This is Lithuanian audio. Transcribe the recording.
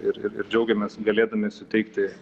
ir ir ir džiaugiamės galėdami suteikti